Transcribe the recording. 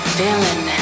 feeling